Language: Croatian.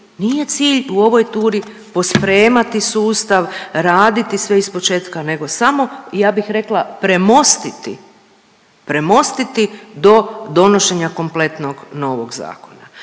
nije cilj u ovoj turi pospremati sustav, raditi sve ispočetka nego samo i ja bih rekla premostiti, premostiti do donošenja kompletnog novog zakona.